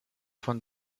von